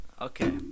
Okay